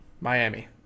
Miami